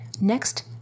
next